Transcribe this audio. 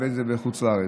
ובין שזה בחוץ לארץ.